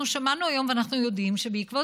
אנחנו שמענו היום ואנחנו יודעים שבעקבות